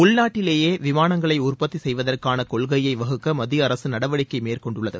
உள்நாட்டிலேயே விமானங்களை உற்பத்தி செய்வதற்கான கொள்கையை வகுக்க மத்திய அரசு நடவடிக்கை மேற்கொண்டுள்ளது